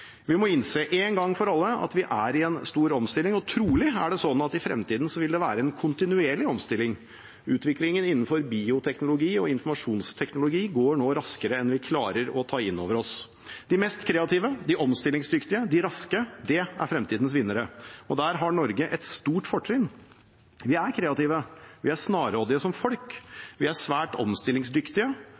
Vi må innse en gang for alle at vi er i en stor omstilling, og trolig er det slik at i fremtiden vil det være en kontinuerlig omstilling. Utviklingen innenfor bioteknologi og informasjonsteknologi går nå raskere enn vi klarer å ta inn over oss. De mest kreative, de omstillingsdyktige, de raske – de er fremtidens vinnere. Der har Norge et stort fortrinn. Vi er kreative, vi er snarrådige som folk. Vi er svært omstillingsdyktige